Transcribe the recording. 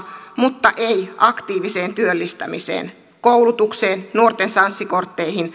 mutta ei aktiiviseen työllistämiseen koulutukseen nuorten sanssi kortteihin